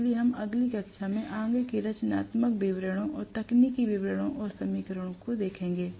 इसलिए हम अगली कक्षा में आगे के रचनात्मक विवरणों और तकनीकी विवरणों और समीकरणों को देखते हैं